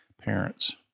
parents